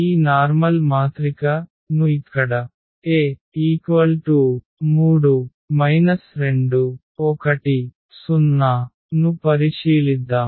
ఈ సాధారణ మాత్రిక ను ఇక్కడ A ను పరిశీలిద్దాం